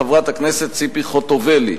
חברת הכנסת ציפי חוטובלי.